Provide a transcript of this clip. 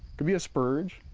be a sprurge,